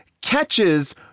catches